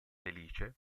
felice